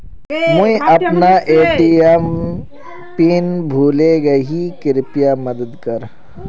मुई अपना ATM PIN भूले गही कृप्या मदद कर